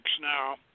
now